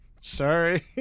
Sorry